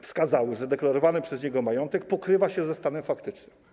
Wykazały, że deklarowany przez niego majątek pokrywa się ze stanem faktycznym.